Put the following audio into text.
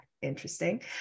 interesting